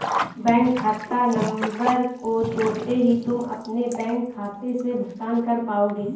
bank खाता नंबर को जोड़ते ही तुम अपने बैंक खाते से भुगतान कर पाओगे